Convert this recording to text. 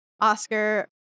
Oscar